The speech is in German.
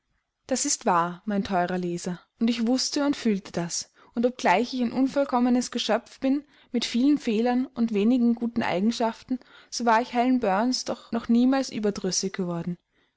das ist wahr mein teurer leser und ich wußte und fühlte das und obgleich ich ein unvollkommenes geschöpf bin mit vielen fehlern und wenigen guten eigenschaften so war ich helen burns doch noch niemals überdrüssig geworden